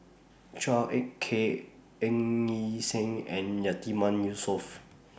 Chua Ek Kay Ng Yi Sheng and Yatiman Yusof